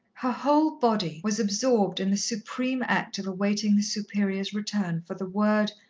her whole body was absorbed in the supreme act of awaiting the superior's return for the word,